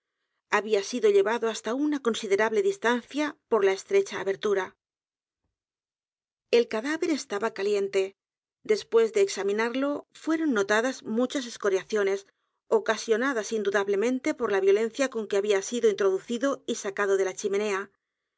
había sido llevado hasta una considerable distancia por la estrecha abertura el cadáver estaba caliente después de examinarlo fueron notadas muchas escoriaciones ocasionadas indudablemente por la violencia c o n q u e había sido introducido y sacado de la chimenea